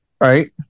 right